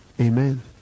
Amen